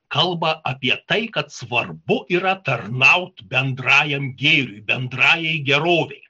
kalba apie tai kad svarbu yra tarnaut bendrajam gėriui bendrajai gerovei